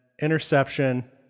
interception